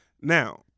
now